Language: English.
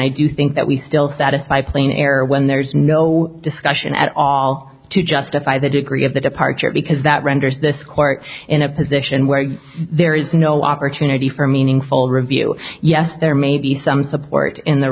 i do think that we still satisfy plain error when there's no discussion at all to justify the degree of the departure because that renders this court in a position where there is no opportunity for meaningful review yes there may be some support in the